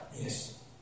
Yes